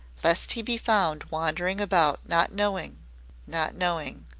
lest he be found wandering about not knowing not knowing.